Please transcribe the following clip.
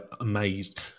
amazed